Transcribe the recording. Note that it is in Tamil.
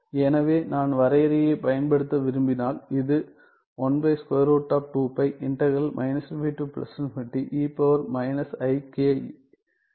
எனவே நான் வரையறையைப் பயன்படுத்த விரும்பினால் இது என ஆகிறது